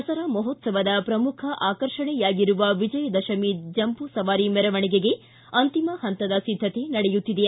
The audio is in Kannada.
ದಸರಾ ಮಹೋತ್ಸವದ ಪ್ರಮುಖ ಆಕರ್ಷಣೆಯಾಗಿರುವ ವಿಜಯದಶಮಿ ಜಂಬೂ ಸವಾರಿ ಮೆರವಣಿಗೆಗೆ ಅಂತಿಮ ಹಂತದ ಸಿದ್ದತೆ ನಡೆಯುತ್ತಿದೆ